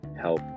help